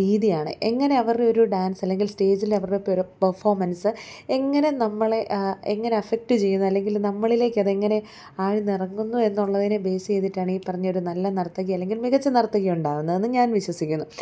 രീതിയാണ് എങ്ങനെ അവരുടെ ഒരു ഡാൻസ് അല്ലങ്കിൽ സ്റ്റേജിലവരുടെ പെർഫോമൻസ് എങ്ങനെ നമ്മളെ എങ്ങനെ അഫ്ഫക്റ്റ് ചെയ്യുന്നു അല്ലെങ്കിൽ നമ്മളിലേക്കതെങ്ങനെ ആഴ്ന്നിറങ്ങുന്നു എന്നുള്ളതിനെ ബേസെയ്തിട്ടാണ് ഈ പറഞ്ഞൊരു നല്ല നർത്തകി അല്ലങ്കിൽ മികച്ച നർത്തകിയുണ്ടാവുന്നതെന്ന് ഞാൻ വിശ്വസിക്കുന്നു